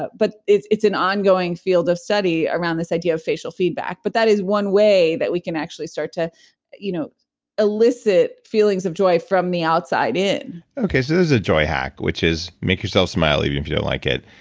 but but it's it's an ongoing field of study around this idea of facial feedback. but that is one way that we can actually start to you know elicit feelings of joy from the outside in okay, so this is a joy hack, which is make yourself smile, even if you don't like it.